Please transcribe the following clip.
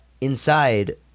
inside